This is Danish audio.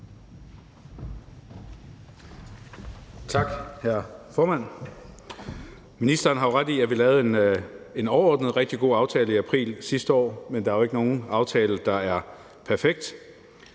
Tak, hr. formand. Ministeren har jo ret i, at vi lavede en overordnet set rigtig god aftale i april sidste år, men der er jo ikke nogen aftale, der er perfekt.